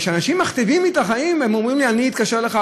כשאנשים מכתיבים לי את החיים הם אומרים לי: אני אתקשר אליך,